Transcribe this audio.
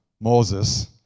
Moses